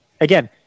Again